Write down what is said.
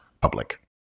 public